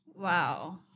Wow